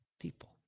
people